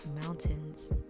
mountains